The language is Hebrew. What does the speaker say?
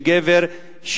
לגבר,